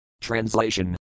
Translation